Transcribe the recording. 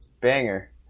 Banger